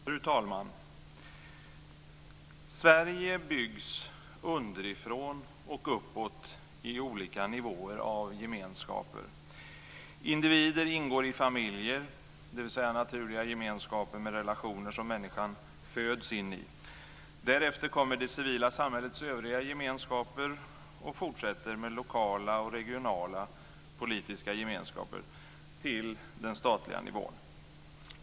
Fru talman! Sverige byggs underifrån och uppåt i olika nivåer av gemenskaper. Individer ingår i familjer, dvs. naturliga gemenskaper med relationer som människan föds in i. Därefter kommer det civila samhällets övriga gemenskaper och fortsätter med lokala och regionala politiska gemenskaper till den statliga nivån.